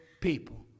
people